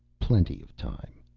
plenty of time.